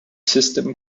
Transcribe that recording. system